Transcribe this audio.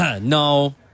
no